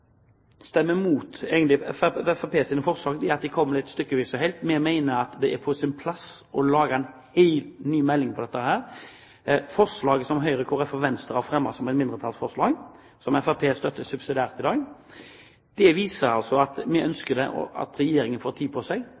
det er på sin plass å lage en helt ny melding om dette. Forslaget som Høyre, Kristelig Folkeparti og Venstre har fremmet som et mindretallsforslag, som Fremskrittspartiet støtter subsidiært i dag, viser at vi ønsker at Regjeringen får tid på seg,